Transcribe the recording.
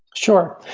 sure.